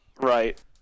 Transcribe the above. Right